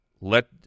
let